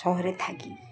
শহরে থাকি